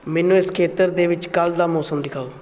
ਮੈਨੂੰ ਇਸ ਖੇਤਰ ਦੇ ਵਿੱਚ ਕੱਲ੍ਹ ਦਾ ਮੌਸਮ ਦਿਖਾਓ